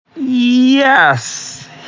Yes